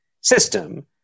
system